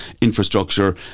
infrastructure